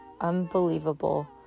unbelievable